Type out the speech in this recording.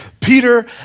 Peter